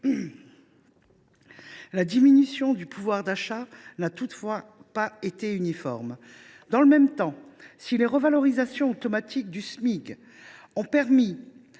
La diminution du pouvoir d’achat n’a toutefois pas été uniforme. Dans le même temps, si les revalorisations automatiques du Smic ont protégé